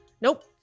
Nope